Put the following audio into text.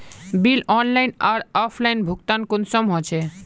Bill online आर offline भुगतान कुंसम होचे?